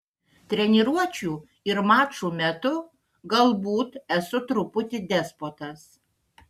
treniruočių ir mačų metu galbūt esu truputį despotas